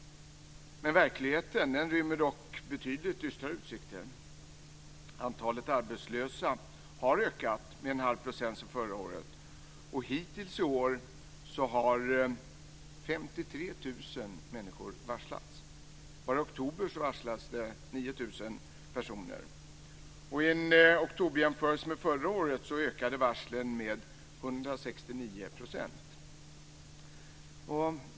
Men verkligheten rymmer betydligt dystrare utsikter. Antalet arbetslösa har ökat med 1⁄2 % sedan förra året. Hittills i år har 53 000 människor varslats. Bara i oktober varslades 9 000 personer. Vid en jämförelse med oktober förra året har varslen ökat med 169 %.